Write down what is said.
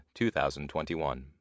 2021